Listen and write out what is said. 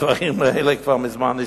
הדברים האלה כבר מזמן נשכחו.